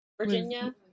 virginia